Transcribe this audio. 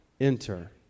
enter